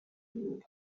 берген